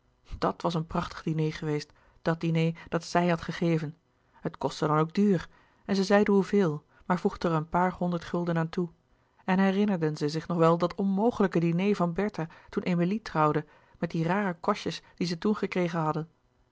dàt was een prachtig diner geweest dat diner dat z i j had gegeven het kostte dan ook duur en zij zeide hoeveel maar voegde er een paar honderd gulden aan toe en herinnerden zij zich nog wel dat onmogelijke diner van bertha toen emilie trouwde met die rare kostjes die ze toen gekregen hadden